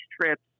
trips